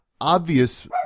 obvious